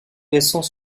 récents